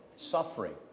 Suffering